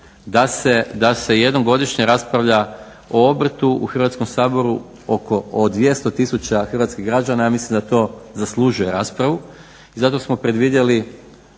da se jednom godišnje raspravlja o obrtu u Hrvatskom saboru oko o 200 tisuća hrvatskih građana. Ja mislim da to zaslužuje raspravu i zato smo predvidjeli,